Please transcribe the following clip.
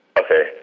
okay